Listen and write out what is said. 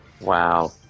Wow